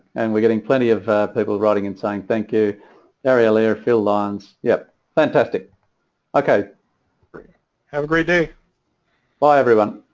and we're getting plenty of people running and inside thank you area later phil lawns yep fantastic okay three have a great day bye everyone